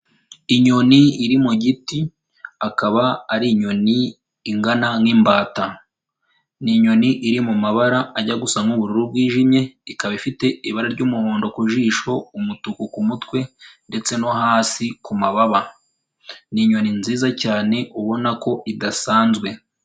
Inyoni iri mu giti, akaba ari inyoni ingana nk'imbata, ni inyoni iri mu mabara ajya gusa nk'ubururu bwijimye, ikaba ifite ibara ry'umuhondo ku jisho, umutuku ku mutwe ndetse no hasi ku mababa, ni inyoni nziza cyane ubona ko idasanzwe.